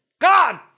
God